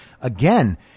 again